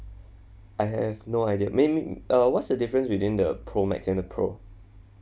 I have no idea maybe uh what's the difference between the pro max and the pro